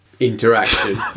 interaction